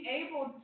able